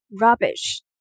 rubbish